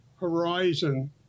horizon